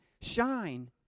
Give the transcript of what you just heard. shine